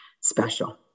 special